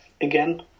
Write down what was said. again